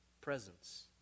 presence